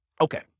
okay